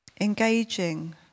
Engaging